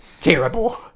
terrible